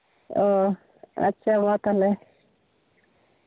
ᱚ ᱟᱪᱪᱷᱟ ᱢᱟ ᱛᱟᱦᱞᱮ